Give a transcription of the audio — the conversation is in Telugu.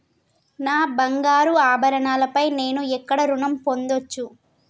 నా బంగారు ఆభరణాలపై నేను ఎక్కడ రుణం పొందచ్చు?